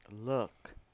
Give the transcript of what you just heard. look